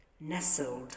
nestled